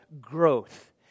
growth